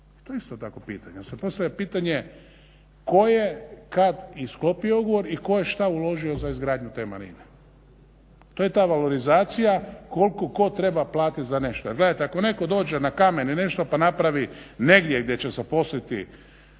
To je isto tako pitanje, ali se postavlja pitanje tko je, kad i sklopio ugovor i tko je šta uložio za izgradnju te marine. To je ta valorizacija koliko tko treba platit za nešto. Jer gledajte, ako netko dođe na kamen i nešto pa napravi negdje gdje će zaposliti